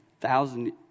thousand